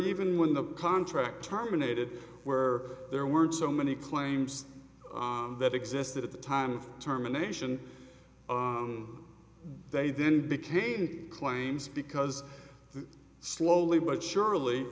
even when the contract terminated where there weren't so many claims that existed at the time of terminations they then became claims because slowly but surely